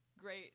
Great